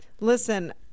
Listen